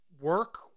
work